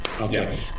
Okay